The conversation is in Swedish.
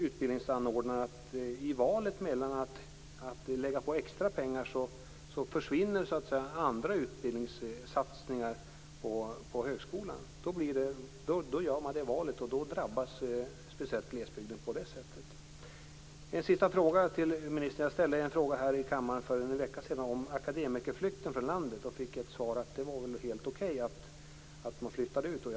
Utbildningsanordnarna säger själva att om man väljer att lägga extra pengar på detta så försvinner andra utbildningssatsningar på högskolan. Man gör alltså det valet, och då drabbas speciellt glesbygden på det sättet. Jag har en sista fråga till ministern. Jag ställde en fråga här i kammaren för en vecka sedan om akademikerflykten från landet och fick då svaret att det väl var helt okej att man flyttar utomlands.